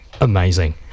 Amazing